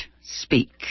Speak